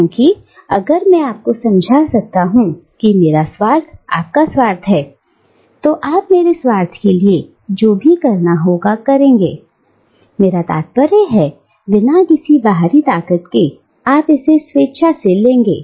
क्योंकिअगर मैं आपको समझा सकता हूं कि मेरा स्वार्थ आपका स्वार्थ है तो आप मेरे स्वार्थ के लिए जो भी करना होगा करेंगे मेरा तात्पर्य है बिना किसी बाहरी ताकत के आप इसे स्वेच्छा से करेंगे